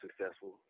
successful